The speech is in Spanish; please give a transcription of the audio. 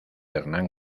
hernán